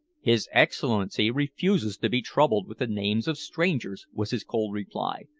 his excellency refuses to be troubled with the names of strangers, was his cold reply,